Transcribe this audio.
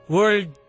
World